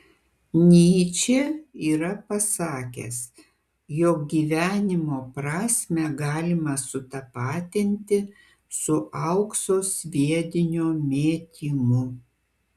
nyčė yra pasakęs jog gyvenimo prasmę galima sutapatinti su aukso sviedinio mėtymu